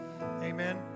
Amen